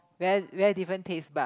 very very different taste bud